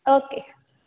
okay